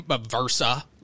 Versa